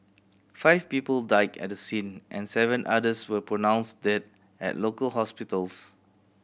five people died at the scene and seven others were pronounced dead at local hospitals